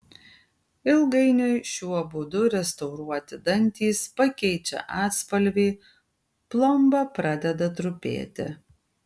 ilgainiui šiuo būdu restauruoti dantys pakeičia atspalvį plomba pradeda trupėti